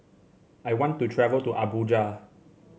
I want to travel to Abuja